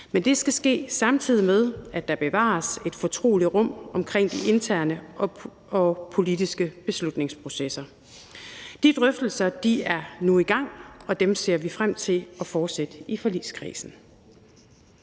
men det skal ske, samtidig med at der bevares et fortroligt rum omkring de interne og politiske beslutningsprocesser. De drøftelser er nu i gang, og dem ser vi frem til at fortsætte i forligskredsen.